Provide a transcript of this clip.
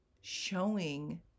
showing